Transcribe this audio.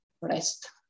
rest